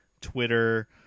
twitter